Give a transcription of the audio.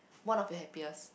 one of your happiest